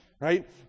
right